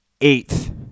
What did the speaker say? eighth